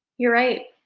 you're right.